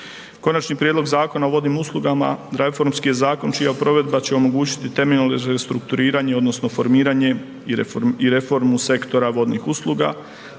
Konačni prijedlog Zakona o vodnim uslugama reformski je zakon čija provedba će omogućiti temeljno restrukturiranje, odnosno formiranje i reformu sektora vodnih usluga.